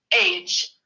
age